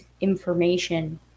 information